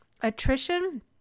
attrition